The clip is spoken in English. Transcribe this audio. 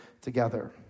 together